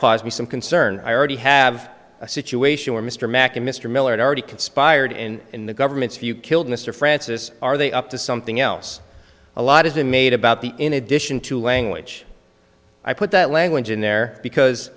caused me some concern i already have a situation where mr mack and mr miller already conspired and in the government's view killed mr francis are they up to something else a lot has been made about the in addition to language i put that language in there because